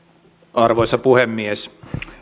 arvoisa puhemies